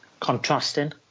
contrasting